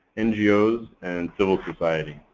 ngos, and civil society.